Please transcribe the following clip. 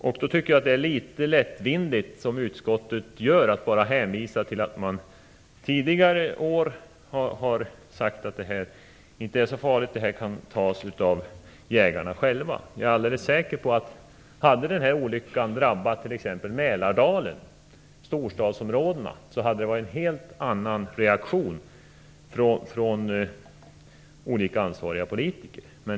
Jag tycker att det då är litet lättvindigt att som utskottet gör bara hänvisa till att man tidigare år har sagt att det här inte är så farligt och att det kan bäras av jägarna själva. Jag är helt säker på att om den här olyckan drabbat t.ex. Mälardalen, storstadsområdena, hade man fått en helt annan reaktion från vissa ansvariga politiker.